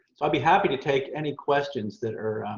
so i'll be happy to take any questions that are